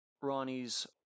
Ronnie's